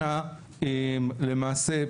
שדנה למעשה,